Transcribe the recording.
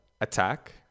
attack